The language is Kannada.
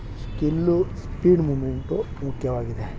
ಸ್ಕಿಲ್ಲು ಸ್ಪೀಡ್ ಮೂಮೆಂಟು ಮುಖ್ಯವಾಗಿದೆ